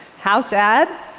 how sad?